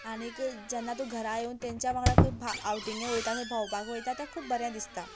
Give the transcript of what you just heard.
आनी जेन्ना तूं घरा येवन तांच्या वांगडा खूब आवटींग वयता खंय भोंवपाक वयता तें खूब बरें दिसता